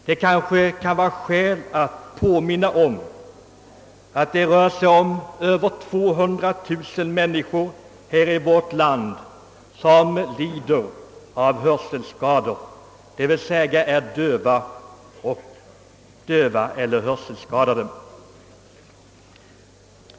Det kanske kan vara skäl att påminna om att över 200 000 människor i vårt land lider av hörselskador, d.v.s. är döva eller hörselskadade på annat sätt.